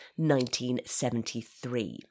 1973